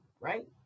right